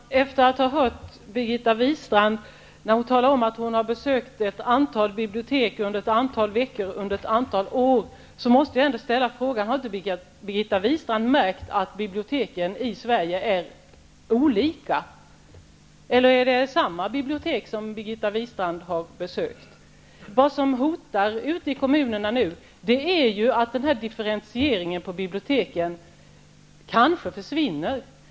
Herr talman! Efter att ha hört Birgitta Wistrand tala om att hon har besökt ett antal bibliotek under ett antal veckor under ett antal år, måste jag ställa frågan: Har inte Birgitta Wistrand märkt att biblioteken i Sverige är olika, eller är det samma bibliotek som Birgitta Wistrand har besökt? Det som hotar ute i kommunerna är att bibliotekens differentiering kanske försvinner.